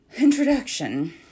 Introduction